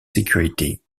sécurité